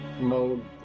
mode